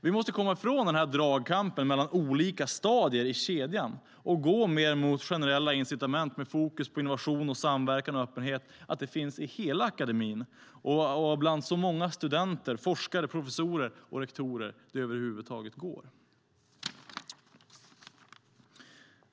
Vi måste komma ifrån dragkampen mellan olika stadier i kedjan och gå mer mot generella incitament med fokus på att innovation, samverkan och öppenhet finns i hela akademin och bland så många studenter, forskare, professorer och rektorer som det över huvud går.